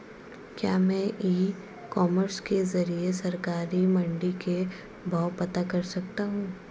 क्या मैं e commerce के ज़रिए सरकारी मंडी के भाव पता कर सकता हूँ?